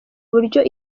uburyo